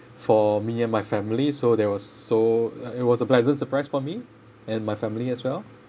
for me and my family so there was so it was a pleasant surprise for me and my family as well